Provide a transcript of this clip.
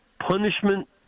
punishment